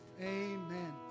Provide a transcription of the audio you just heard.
amen